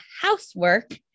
housework